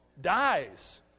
dies